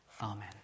Amen